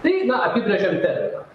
tai na apibrėžiam terminą